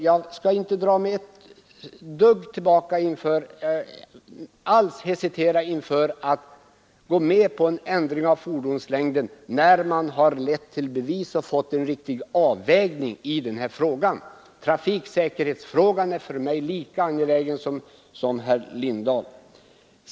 Jag skall inte alls hesitera inför att gå med på en ändring av fordonslängden när man har lett i bevis att det är nödvändigt och fått en riktig avvägning i den här frågan. Trafiksäkerheten är lika angelägen för mig som för herr Lindahl.